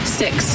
six